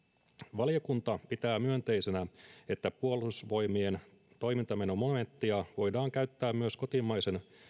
valiokunta pitää myönteisenä että puolustusvoimien toimintamenomomenttia voidaan käyttää myös kotimaisen